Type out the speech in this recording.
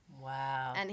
Wow